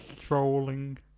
trolling